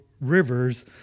Rivers